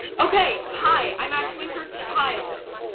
okay! hi! i'm actually her child.